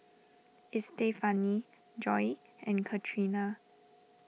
Estefany Joi and Catrina